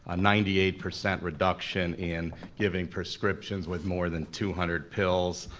ah ninety eight percent reduction in giving prescriptions with more than two hundred pills.